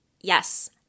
Yes